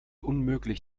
unmöglich